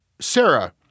Sarah